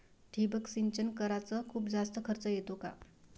ठिबक सिंचन कराच खूप जास्त खर्च येतो का?